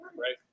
right